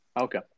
Okay